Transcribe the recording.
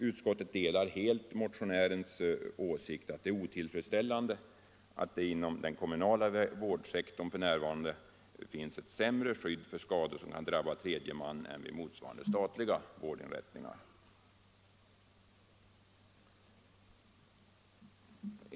Utskottet delar helt motionärens åsikt att det är otillfredsställande att det inom den kommunala vårdsektorn f.n. finns ett sämre skydd för skador som kan drabba tredje man än vid motsvarande statliga vårdinrättningar.